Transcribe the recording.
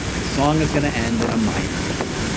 the song is going to end in a minor key.